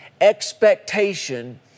expectation